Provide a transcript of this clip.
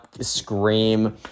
scream